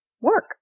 work